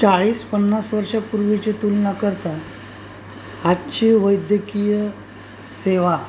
चाळीस पन्नास वर्षापूर्वीची तुलनाकरता आजची वैद्यकीय सेवा